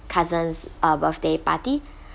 cousin's uh birthday party